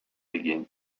began